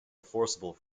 enforceable